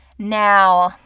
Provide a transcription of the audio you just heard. now